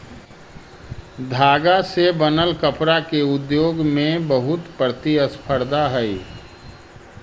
धागा से बनल कपडा के उद्योग में बहुत प्रतिस्पर्धा हई